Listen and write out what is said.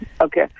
Okay